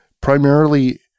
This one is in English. primarily